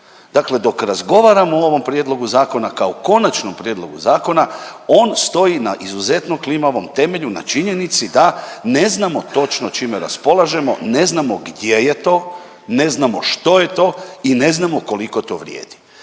Dakle, dok razgovaramo o ovom prijedlogu zakona kao konačnom prijedlogu zakona on stoji na izuzetno klimavom temelju na činjenici da ne znamo točno s čime raspolažemo, ne znamo gdje je to, ne znamo što je to i ne znamo koliko to vrijedi.